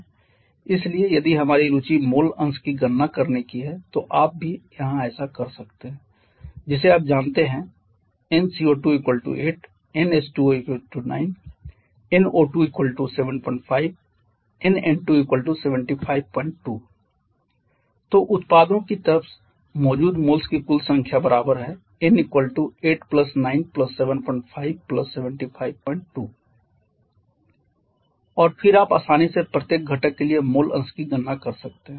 इसलिए यदि हमारी रुचि मोल अंश की गणना करने की है तो आप भी यहां ऐसा कर सकते हैं जिसे आप जानते हैं nCO28 nH2O9 nO275 nN2752 तो उत्पादों की तरफ मौजूद मोल्स की कुल संख्या बराबर है n 8 9 75 752 और फिर आप आसानी से प्रत्येक घटक के लिए मोल अंश की गणना कर सकते हैं